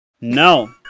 No